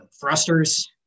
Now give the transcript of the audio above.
thrusters